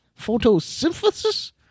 Photosynthesis